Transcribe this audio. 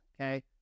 okay